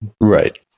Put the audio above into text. Right